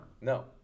No